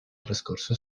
trascorso